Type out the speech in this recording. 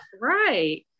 right